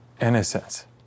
innocence